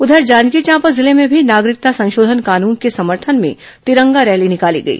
उधर जांजगीर चांपा जिले में भी नागरिकता संशोधन कानून के समर्थन में तिरंगा रैली निकाली गई